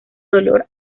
dolor